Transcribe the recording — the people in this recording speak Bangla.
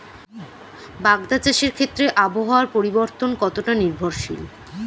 বাগদা চাষের ক্ষেত্রে আবহাওয়ার পরিবর্তন কতটা নির্ভরশীল?